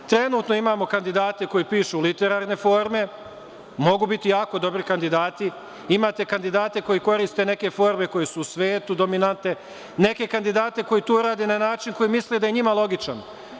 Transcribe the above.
Trenutno imamo kandidate koji pišu literalne forme, mogu biti jako dobri kandidati, a imate i kandidate koji koriste neke forme koje su u svetu dominantne, neke kandidate koji to rade na način koji misle da je njima logičan.